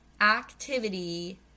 activity